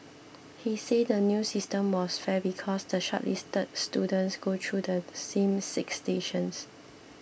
he said the new system was fair because the shortlisted students go through the same six stations